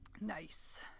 Nice